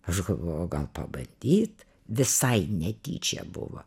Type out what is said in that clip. aš galvoju gal pabandyt visai netyčia buvo